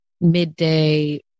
midday